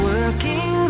Working